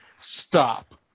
stop